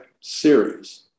series